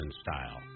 style